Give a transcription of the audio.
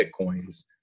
Bitcoins